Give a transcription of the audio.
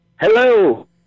Hello